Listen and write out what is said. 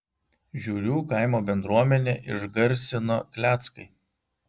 žiurių kaimo bendruomenę išgarsino kleckai